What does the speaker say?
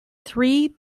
three